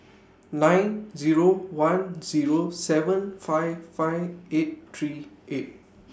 nine Zero one Zero seven five five eight three eight